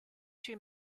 two